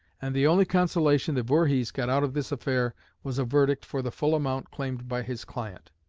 and the only consolation that voorhees got out of this affair was a verdict for the full amount claimed by his client.